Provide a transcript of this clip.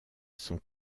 sont